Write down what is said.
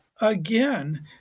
Again